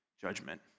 judgment